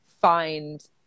find